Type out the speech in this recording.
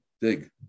dig